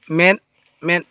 ᱢᱮᱫ ᱢᱮᱫ